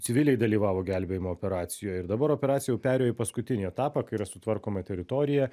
civiliai dalyvavo gelbėjimo operacijoje ir dabar operacija jau perėjo į paskutinį etapą kai yra sutvarkoma teritorija